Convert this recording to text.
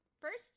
first